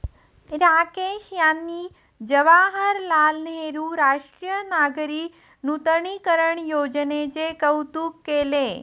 राकेश यांनी जवाहरलाल नेहरू राष्ट्रीय नागरी नूतनीकरण योजनेचे कौतुक केले